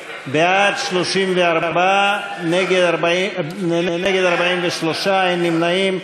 בעד, 34, נגד, 43, אין נמנעים.